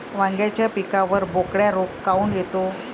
वांग्याच्या पिकावर बोकड्या रोग काऊन येतो?